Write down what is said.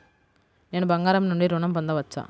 నేను బంగారం నుండి ఋణం పొందవచ్చా?